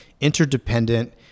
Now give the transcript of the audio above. interdependent